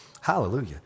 Hallelujah